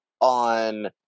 on